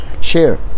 share